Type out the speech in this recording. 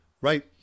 Right